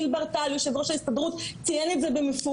גיל בר טל, יו"ר ההסתדרות, ציין את זה במפורש.